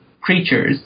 creatures